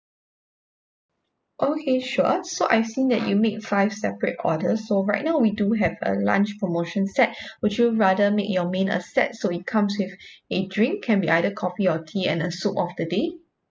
okay sure so I've seen that you make five separate orders so right now we do have a lunch promotion set would you rather make your main a set so it comes with a drink can be either coffee or tea and a soup of the day